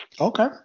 Okay